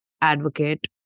advocate